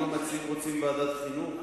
אם המציעים רוצים ועדת החינוך,